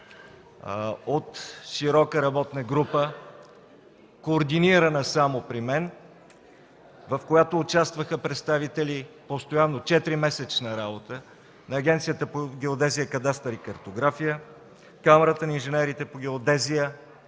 от широка работна група, координирана само при мен, в която участваха представители постоянно, четиримесечна работа на Агенцията по геодезия, кадастър и картография, Камарата на инженерите по геодезия,